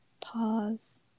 pause